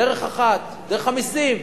דרך אחת, דרך המסים.